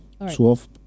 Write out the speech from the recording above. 12